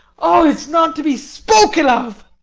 oh, it's not to be spoken of!